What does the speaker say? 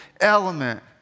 element